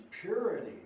purity